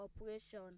operation